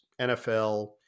NFL